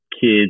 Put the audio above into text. kids